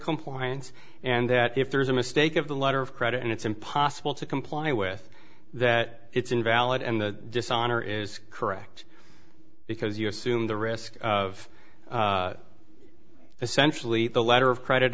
compliance and that if there is a mistake of the letter of credit and it's impossible to comply with that it's invalid and the dishonor is correct because you assume the risk of essentially the letter of credit